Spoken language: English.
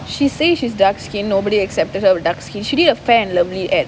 she say she's dark skin nobody accepted her with dark skin she did a Fair & Lovely advertisement